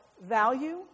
value